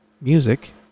music